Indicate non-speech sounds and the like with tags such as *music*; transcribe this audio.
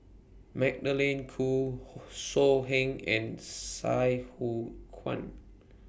Magdalene Khoo *noise* So Heng and Sai Hua Kuan